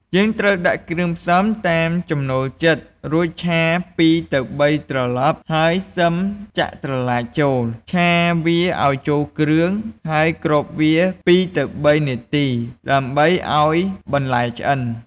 យើងត្រូវដាក់គ្រឿងផ្សំតាមចំនូលចិត្ត រួចឆា ២ ទៅ ៣ ត្រលប់ហើយសឹមចាក់ត្រឡាចចូល ឆាវាឱ្យចូលគ្រឿងហើយគ្របវា ២ទៅ៣ នាទីដើម្បីឱ្យបន្លែឆ្អិន។